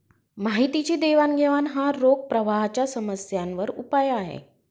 माहितीची देवाणघेवाण हा रोख प्रवाहाच्या समस्यांवर उपाय आहे